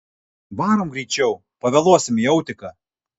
varom greičiau pavėluosim į autiką